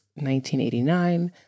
1989